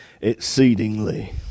exceedingly